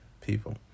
people